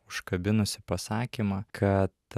užkabinusį pasakymą kad